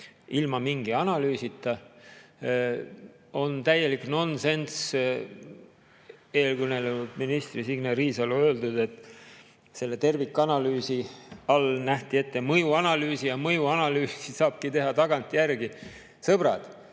ilma mingi analüüsita. On täielik nonsenss eelkõnelenud ministri Signe Riisalo öeldu, et selle tervikanalüüsi all nähti ette mõjuanalüüsi ja mõjuanalüüsi saabki teha tagantjärele. Sõbrad,